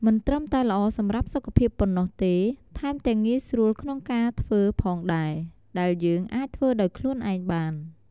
មិនត្រឹមតែល្អសម្រាប់សុខភាពប៉ុណ្ណោះទេ ថែមទាំងងាយស្រួលក្នុងការធ្វើផងដែរ ដែលយើងអាចធ្វើដោយខ្លួនឯងបាន។